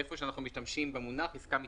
איפה שאנחנו משתמשים במונח "עסקה מתמשכת".